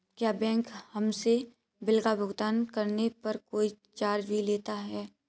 क्या बैंक हमसे बिल का भुगतान करने पर कोई चार्ज भी लेता है?